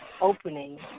opening